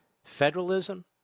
Federalism